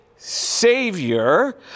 Savior